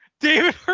David